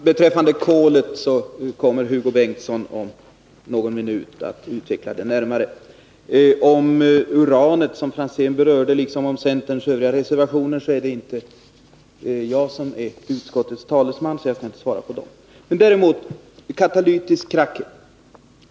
Herr talman! Frågan om kolet kommer Hugo Bengtsson om någon minut att utveckla närmare. När det gäller uranet, som Ivar Franzén berörde, liksom centerns reservationer i övrigt är det inte jag som är utskottets talesman, så jag skall inte svara på de frågorna.